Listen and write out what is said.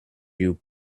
you